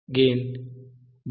gain 0